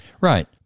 Right